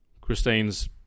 Christine's